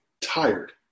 tired